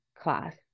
class